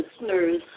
listeners